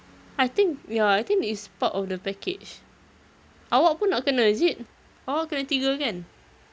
I think ya I think it's part of the package awak pun nak kena is it awak kena tiga kan